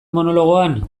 monologoan